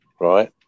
right